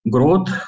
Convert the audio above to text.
Growth